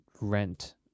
rent